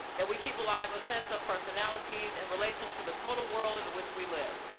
that we keep alive a sense of personalities and relation to the total world in which we live.